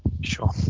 Sure